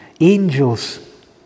angels